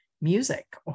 music